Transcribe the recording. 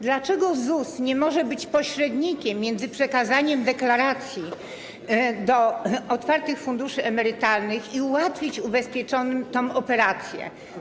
Dlaczego ZUS nie może być pośrednikiem między przekazaniem deklaracji do otwartych funduszy emerytalnych i ułatwić ubezpieczonym tę operację?